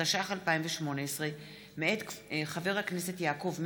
התשע"ח 2018, מאת חברי הכנסת יעקב מרגי,